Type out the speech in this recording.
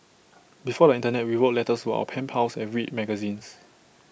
before the Internet we wrote letters our pen pals and read magazines